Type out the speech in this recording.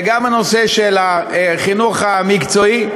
וגם הנושא של החינוך המקצועי,